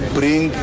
bring